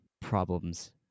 problems